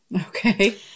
Okay